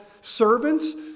servants